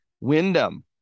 Wyndham